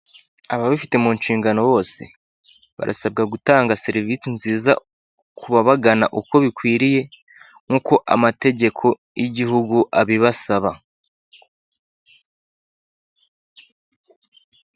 Ababifite mu nshingano bose barasabwa gutanga serivisi nziza ku ababagana uko bikwiriye nk'uko amategeko y'igihugu abibasaba.